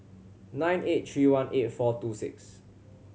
nine eight three one eight four two six